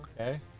okay